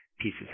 pieces